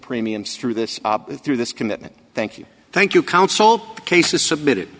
premiums through this through this commitment thank you thank you council cases submitted